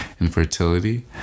infertility